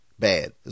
bad